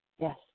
Yes